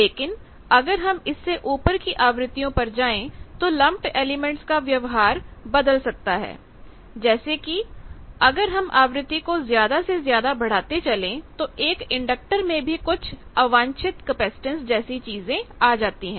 लेकिन अगर हम इससे ऊपर की आवृत्तियों पर जाएं तो लम्पड एलिमेंट्स का व्यवहार बदल सकता है जैसे कि अगर हम आवृत्ति को ज्यादा से ज्यादा बढ़ाते चलें तो एक इंडक्टर में भी कुछ अवांछित कैपेसिटेंस जैसी चीजें आ जाते हैं